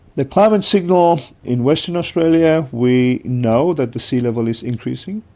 the climate signal in western australia, we know that the sea level is increasing,